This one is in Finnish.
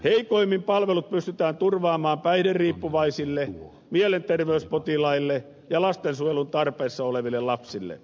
heikoimmin palvelut pystytään turvaamaan päihderiippuvaisille mielenterveyspotilaille ja lastensuojelun tarpeessa oleville lapsille